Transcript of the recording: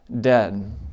dead